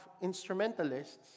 instrumentalists